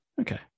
Okay